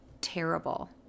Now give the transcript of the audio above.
terrible